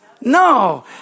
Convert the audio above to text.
No